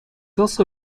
also